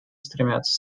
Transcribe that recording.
стремятся